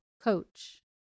coach